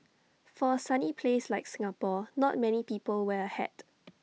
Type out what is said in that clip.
for A sunny place like Singapore not many people wear A hat